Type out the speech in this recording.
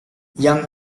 yang